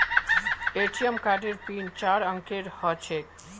ATM कार्डेर pin चार अंकेर ह छेक